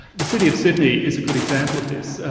the city of sydney is a good example of this,